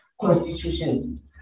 constitution